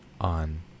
On